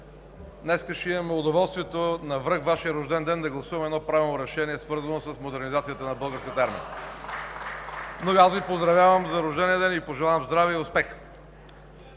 Днес ще имаме удоволствието, навръх Вашия рожден ден, да гласуваме едно правилно решение, свързано с модернизацията на Българската армия. (Ръкопляскания от ГЕРБ и ОП.) Аз Ви поздравявам за рождения ден и Ви пожелавам здраве и успех!